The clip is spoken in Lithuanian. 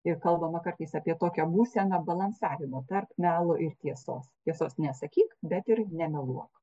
ir kalbama kartais apie tokią būseną balansavimo tarp melo ir tiesos tiesos nesakyk bet ir nemeluok